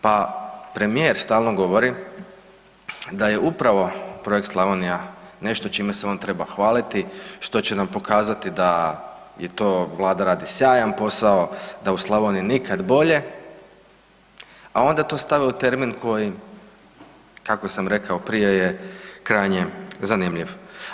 Pa premijer stalno govori da je upravo projekt „Slavonija, Baranja i Srijem“ nešto čime se on treba hvaliti što će nam pokazati da Vlada radi sjajan posao, da u Slavoniji nikad bolje, a onda to stave u termin koji kako sam rekao prije je krajnje zanimljiv.